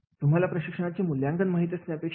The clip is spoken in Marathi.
तुम्हाला प्रशिक्षणाचे मूल्यांकन माहीत असणे अपेक्षित